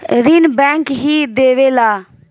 ऋण बैंक ही देवेला